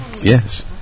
Yes